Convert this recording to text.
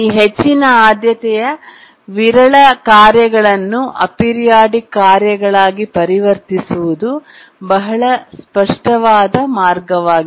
ಈ ಹೆಚ್ಚಿನ ಆದ್ಯತೆಯ ವಿರಳ ಕಾರ್ಯಗಳನ್ನು ಏಪಿರಿಯಾಡಿಕ್ ಕಾರ್ಯಗಳಾಗಿ ಪರಿವರ್ತಿಸುವುದು ಬಹಳ ಸ್ಪಷ್ಟವಾದ ಮಾರ್ಗವಾಗಿದೆ